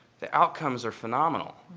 the outcomes are phenomenal.